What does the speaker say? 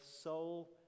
soul